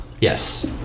yes